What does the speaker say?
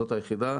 זו היחידה.